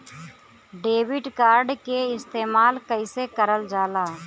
Debit card के इस्तेमाल कइसे करल जाला?